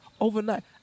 overnight